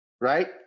right